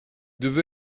devez